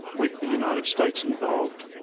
with the united states involved,